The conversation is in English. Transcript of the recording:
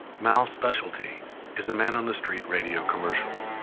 mal's specialty is the man on the street radio commercial